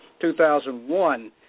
2001